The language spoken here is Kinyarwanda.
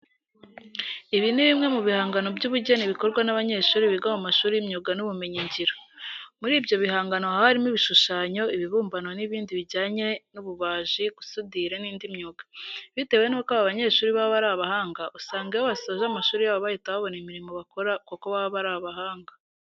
Ibi ni bimwe mu bihangano by'ubugeni bikorwa n'abanyeshuri biga mu mashuri y'imyuga n'ibumenyingiro. Muri ibyo bihangano haba harimo ibishushanyo, ibibumbano n'ibindi bijyanye n'ububaji, gusudira n'indi myuga. Bitewe nuko aba banyeshuri baba ari abahanga usanga iyo basoje amashuri yabo bahita babona imirimo bakora kuko baba ari abahanga.